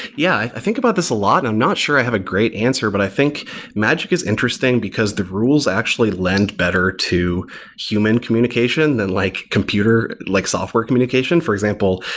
yeah, i think about this a lot, and i'm not sure i have a great answer. but i think magic is interesting, because the rules actually lend better to human communication than like computer, like software communication. for example,